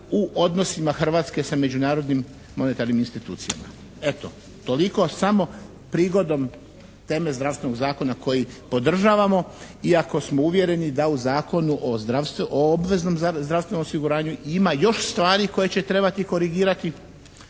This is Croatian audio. u odnosima Hrvatske sa međunarodnim monetarnim institucijama. Eto toliko, samo prigodom teme zdravstvenog zakona koji podržavamo iako smo uvjereni da u Zakonu o obveznom zdravstvenom osiguranju ima još stvari koje će trebati korigirati,